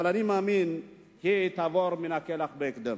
אבל אני מאמין שהיא תעבור מן העולם בהקדם.